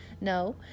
No